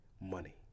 money